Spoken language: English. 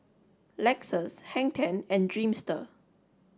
Lexus Hang Ten and Dreamster